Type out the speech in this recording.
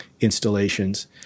installations